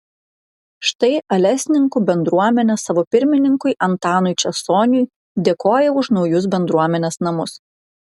štai alesninkų bendruomenė savo pirmininkui antanui česoniui dėkoja už naujus bendruomenės namus